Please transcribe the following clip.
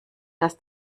das